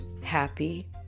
happy